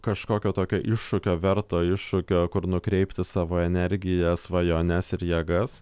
kažkokio tokio iššūkio verto iššūkio kur nukreipti savo energiją svajones ir jėgas